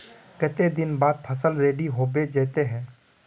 केते दिन बाद फसल रेडी होबे जयते है?